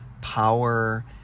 power